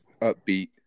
upbeat